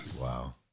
Wow